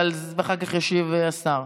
ואחר כך ישיב השר,